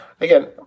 Again